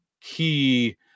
key